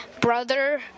brother